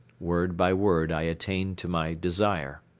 word by word i attained to my desire.